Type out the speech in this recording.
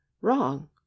Wrong